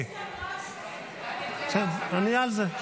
אני על זה.